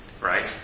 right